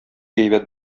әйбәт